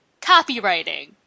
Copywriting